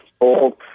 old